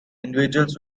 individuals